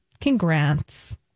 Congrats